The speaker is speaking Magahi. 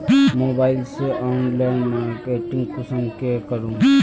मोबाईल से ऑनलाइन मार्केटिंग कुंसम के करूम?